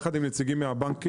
עם נציגים מבנק ישראל,